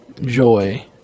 Joy